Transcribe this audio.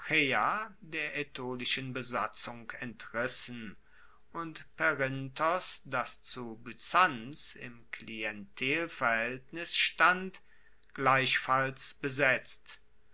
der aetolischen besatzung entrissen und perinthos das zu byzanz im klientelverhaeltnis stand gleichfalls besetzt